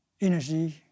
energy